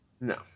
No